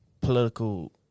political